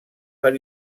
per